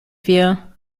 wir